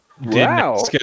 Wow